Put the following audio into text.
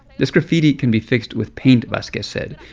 this graffiti can be fixed with paint, vasquez said.